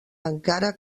encara